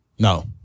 No